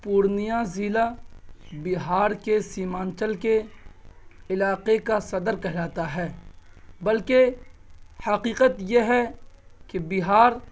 پورنیہ ضلع بہار کے سیمانچل کے علاقہ کا صدر کہلاتا ہے بلکہ حقیقت یہ ہے کہ بہار